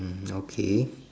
okay